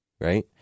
right